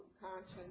conscience